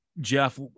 Jeff